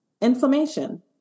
inflammation